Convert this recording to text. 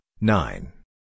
nine